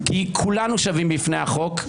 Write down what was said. כי כולנו שווים בפני החוק,